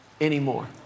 anymore